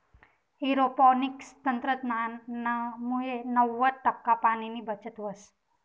aeroponics तंत्रज्ञानमुये नव्वद टक्का पाणीनी बचत व्हस